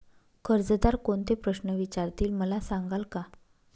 कर्जदार कोणते प्रश्न विचारतील, मला सांगाल का?